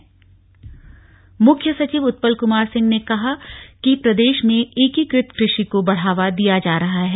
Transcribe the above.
बढावा मुख्य सचिव उत्पल कुमार सिंह ने कहा है कि प्रदेश में एकीकृत कृषि को बढ़ावा दिया जा रहा है